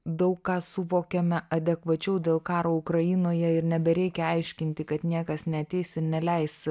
daug ką suvokiame adekvačiau dėl karo ukrainoje ir nebereikia aiškinti kad niekas neateis ir neleis